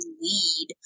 lead